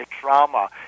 trauma